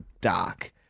dark